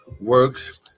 works